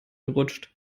gerutscht